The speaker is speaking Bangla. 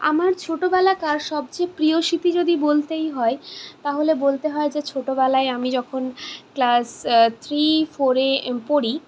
আমার ছোটবেলাকার সবচেয়ে প্রিয় স্মৃতি যদি বলতে হয় তাহলে বলতে হয় যে ছোটবেলায় আমি যখন ক্লাস থ্রি ফোরে পড়ি